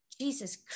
Jesus